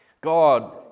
God